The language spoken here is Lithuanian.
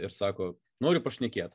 ir sako noriu pašnekėti